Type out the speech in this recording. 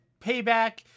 Payback